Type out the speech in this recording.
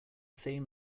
same